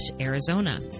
Arizona